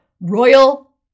royal